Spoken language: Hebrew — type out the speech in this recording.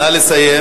נא לסיים.